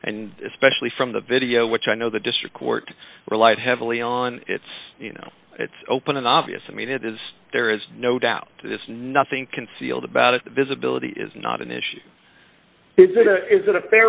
and especially from the video which i know the district court relied heavily on it's you know it's open and obvious i mean it is there is no doubt there's nothing concealed about it visibility is not an issue is that a fair